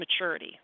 maturity